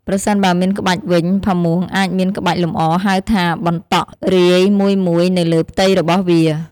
ប្រសិនបើមានក្បាច់វិញផាមួងអាចមានក្បាច់លម្អ ហៅថា “បន្តក់” រាយមួយៗនៅលើផ្ទៃរបស់វា។